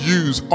use